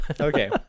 Okay